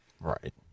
right